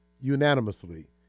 unanimously